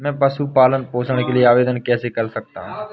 मैं पशु पालन पोषण के लिए आवेदन कैसे कर सकता हूँ?